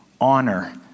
honor